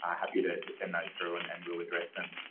ah happy to to send those through and and we'll address them.